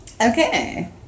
Okay